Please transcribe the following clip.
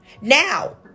Now